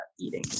eating